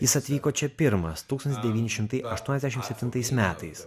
jis atvyko čia pirmas tūkstantis devyni šimtai aštuoniasdešim septintais metais